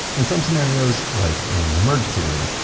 in some scenarios, like in an emergency room,